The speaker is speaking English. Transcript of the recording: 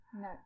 No